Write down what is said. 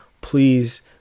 Please